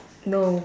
no